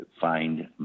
find